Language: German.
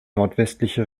nordwestliche